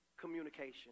communication